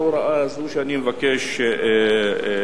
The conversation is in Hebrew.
על הוראה זו שאני מבקש לתקן.